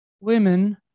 women